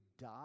die